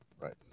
Right